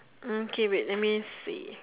mm okay wait let me see